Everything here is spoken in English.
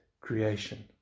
creation